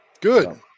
Good